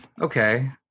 okay